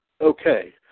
okay